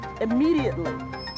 immediately